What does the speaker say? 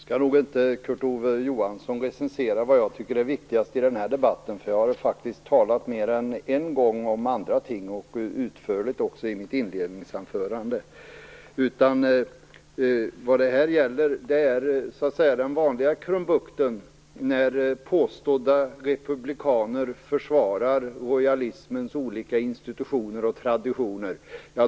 Herr talman! Kurt Ove Johansson skall nog inte recensera vad jag tycker är viktigast i den här debatten. Jag har faktiskt talat mer än en gång om andra ting, utförligt i mitt inledningsanförande. Detta gäller de vanliga krumbukterna när påstådda republikaner försvarar rojalismens olika institutioner och traditioner.